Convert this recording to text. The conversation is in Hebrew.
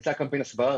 יצא קמפיין הסברה,